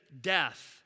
death